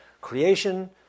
creation